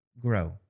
grow